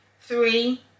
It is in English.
Three